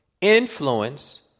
influence